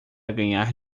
ganhar